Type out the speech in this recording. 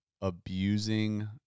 abusing